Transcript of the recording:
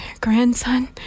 grandson